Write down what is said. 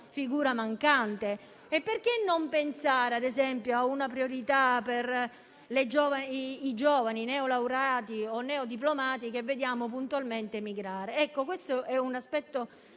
Perché non pensare - ad esempio - a una priorità per i giovani neolaureati o neodiplomati, che vediamo puntualmente migrare?